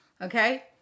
okay